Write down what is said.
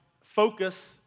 focus